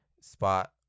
spot